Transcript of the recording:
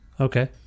Okay